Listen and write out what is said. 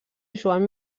joan